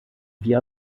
wie